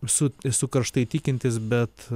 su esu karštai tikintis bet